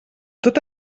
tot